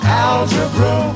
algebra